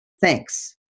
Thanks